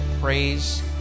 praise